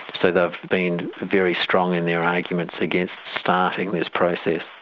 sort of been very strong in their arguments against starting this process,